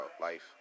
life